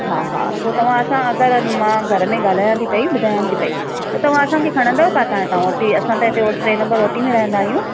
हा हा पोइ तव्हां असां अगरि मां घर में ॻाल्हायां थी पेई ॿुधाया थी पेई त तव्हां असांखे खणंदव किथां हितां ओटी असां त हिते उहो टे नंबर ओटी में रहंदा आहियूं